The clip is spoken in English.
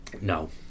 No